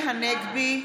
הנגבי,